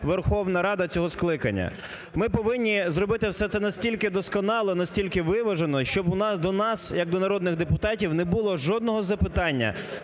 Верховна Рада цього скликання. Ми повинні зробити все це настільки вдосконало, настільки виважено, щоб до нас, як до народних депутатів, не було жодного запитання